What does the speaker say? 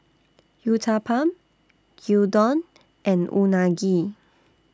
Uthapam Gyudon and Unagi